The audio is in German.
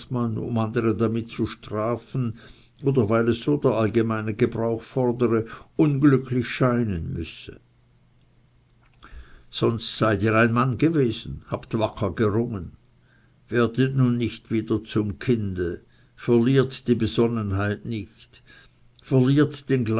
um andere damit zu strafen oder weil so es der allgemeine gebrauch fordere unglücklich scheinen müsse sonst seid ihr ein mann gewesen habt wacker gerungen werdet nun nicht wieder zum kinde verliert die besonnenheit nicht